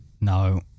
No